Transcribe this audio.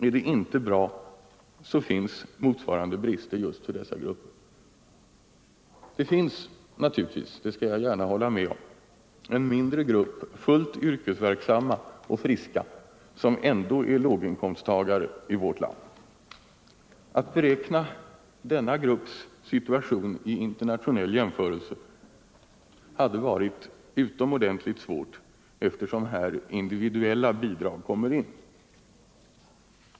Är det inte bra så finns motsvarande brister just för dessa grupper. Det finns naturligtvis — det skall jag gärna hålla med om — en mindre grupp fullt yrkesverksamma och friska som ändå är låginkomsttagare i vårt land. Att beräkna denna grupps situation i internationell jämförelse hade varit utomordentligt svårt, eftersom här individuella bidrag kommer in.